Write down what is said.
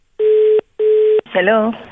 Hello